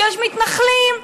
כשיש מתנחלים,